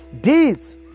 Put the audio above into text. deeds